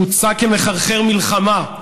הוא הוצג כמחרחר מלחמה,